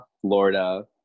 Florida